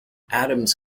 adams